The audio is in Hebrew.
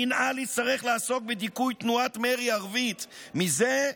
המינהל יצטרך לעסוק בדיכוי תנועת מרי ערבית מזה,